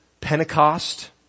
Pentecost